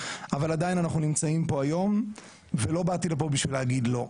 אבל עדיין אנחנו נמצאים פה היום לא באתי לפה בשביל להגיד לא.